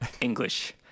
English